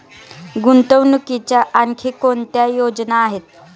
गुंतवणुकीच्या आणखी कोणत्या योजना आहेत?